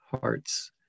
hearts